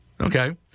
Okay